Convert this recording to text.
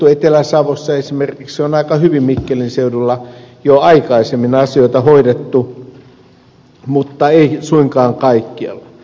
esimerkiksi etelä savossa mikkelin seudulla on aika hyvin jo aikaisemmin asioita hoidettu mutta ei suinkaan kaikkialla